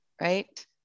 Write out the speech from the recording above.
right